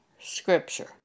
scripture